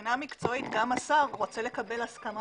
מבחינה מקצועית גם השר רוצה לקבל הסכמה